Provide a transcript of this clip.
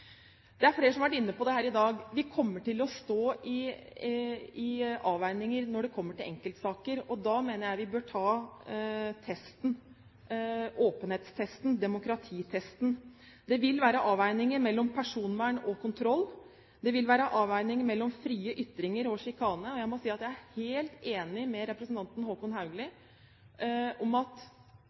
kommer til enkeltsaker. Da mener jeg vi bør ta åpenhetstesten, demokratitesten. Det vil være avveininger mellom personvern og kontroll. Det vil være avveininger mellom frie ytringer og sjikane. Jeg må si at jeg er helt enig med representanten Håkon Haugli i at